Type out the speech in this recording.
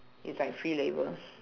it's like free labour